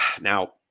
Now